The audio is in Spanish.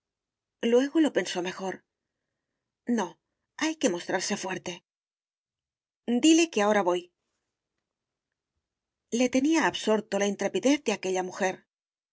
luego lo pensó mejor no hay que mostrarse fuerte dile que ahora voy le tenía absorto la intrepidez de aquella mujer